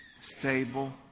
stable